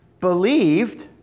believed